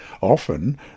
Often